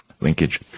Linkage